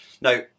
Now